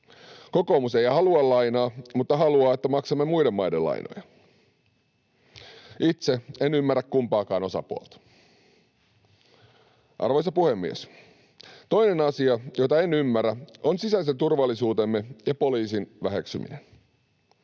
Kokoomus ei halua lainaa mutta haluaa, että maksamme muiden maiden lainoja. Itse en ymmärrä kumpaakaan osapuolta. Arvoisa puhemies! Toinen asia, jota en ymmärrä, on sisäisen turvallisuutemme ja poliisin väheksyminen.